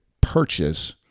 purchase